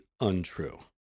untrue